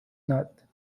not